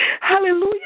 Hallelujah